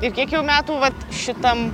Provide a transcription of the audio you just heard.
ir kiek jau metų vat šitam